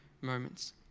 moments